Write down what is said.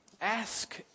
ask